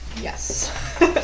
Yes